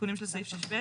התיקונים של סעיף 6(ב)